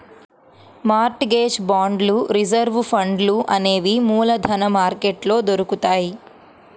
mart gauge బాండ్లు reserve ఫండ్లు అనేవి మూలధన మార్కెట్లో దొరుకుతాయ్